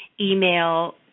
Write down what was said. email